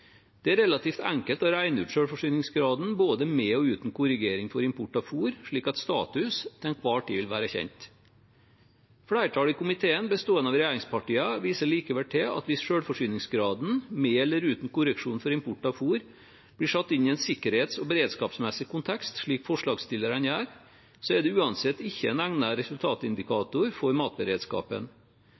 Det er relativt enkelt å regne ut selvforsyningsgraden, både med og uten korrigering for import av fôr, slik at statusen til enhver tid vil være kjent. Flertallet i komiteen, bestående av regjeringspartiene, viser likevel til at hvis selvforsyningsgraden – med eller uten korreksjon for import av fôr – blir satt inn i en sikkerhets- og beredskapsmessig kontekst, slik forslagsstillerne gjør, er det uansett ikke en egnet resultatindikator for matberedskapen.